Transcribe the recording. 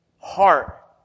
heart